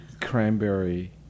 cranberry